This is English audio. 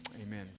Amen